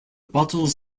bottles